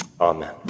Amen